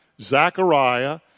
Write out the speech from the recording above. Zechariah